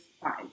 fine